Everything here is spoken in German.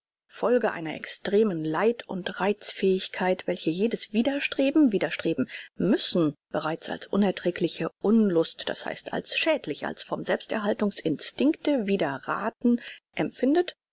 folge einer extremen leid und reizfähigkeit welche jedes widerstreben widerstreben müssen bereits als unerträgliche unlust das heißt als schädlich als vom selbsterhaltungs instinkte widerrathen empfindet